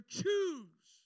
choose